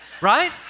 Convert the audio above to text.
Right